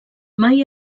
mai